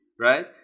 right